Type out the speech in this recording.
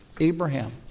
Abraham